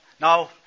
Now